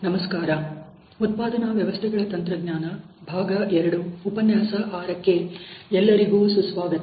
ನಮಸ್ಕಾರ ಉತ್ಪಾದನಾ ವ್ಯವಸ್ಥೆಗಳ ತಂತ್ರಜ್ಞಾನ ಭಾಗ ಎರಡು ಉಪನ್ಯಾಸ ಆರಕ್ಕೆ ಎಲ್ಲರಿಗೂ ಸುಸ್ವಾಗತ